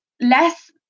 less